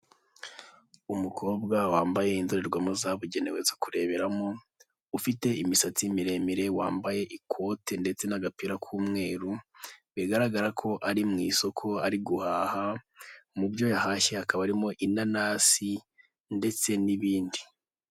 Umukobwa wambaye indorerwamo zabugenewe zo kurebera ufite imisatsi miremire, wambaye ikote ndetse n'agapira k'umweru, bigaragara ko ari mu isoko ari guhaha, mu byo yahashye hakaba harimo inanasi ndetse n'ibindi.